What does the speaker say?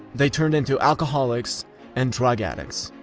they turned into alcoholics and drug addicts.